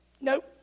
nope